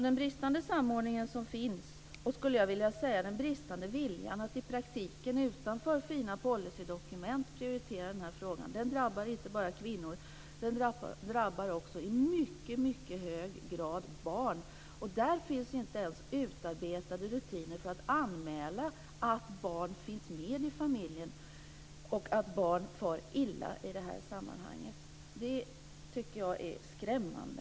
Den bristande samordningen och, skulle jag vilja säga, den bristande viljan att i praktiken, utanför fina policydokument, prioritera den här frågan drabbar inte bara kvinnor utan också i mycket hög grad barn. Och det finns alltså inte ens utarbetade rutiner för att anmäla att barn finns med i familjen och att barn far illa i det här sammanhanget. Det tycker jag är skrämmande.